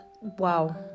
Wow